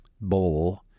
bowl